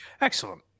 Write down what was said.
Excellent